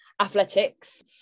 athletics